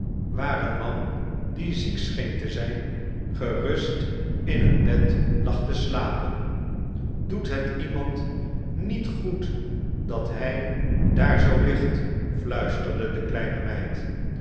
waar een man die ziek scheen te zijn gerust in een bed lag te slapen doet het iemand niet goed dat hij daar zoo ligt fluisterde de kleine meid